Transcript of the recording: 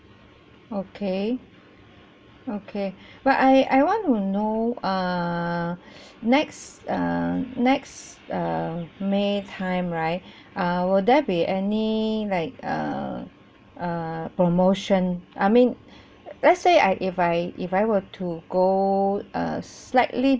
okay okay but I I want to know err next err next err may time right uh will there be any like err err promotion I mean let's say I if I if I were to go uh slightly